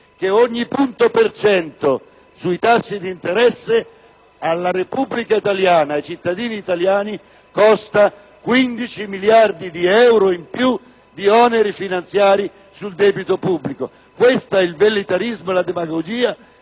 che ogni punto percentuale sui tassi d'interesse costa alla Repubblica italiana, ai cittadini italiani, 15 miliardi di euro in più di oneri finanziari sul debito pubblico. Ciò dimostra il velleitarismo e la demagogia